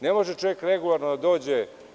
Ne može čovek regularno da dođe.